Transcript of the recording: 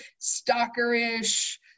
stalkerish